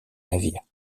navire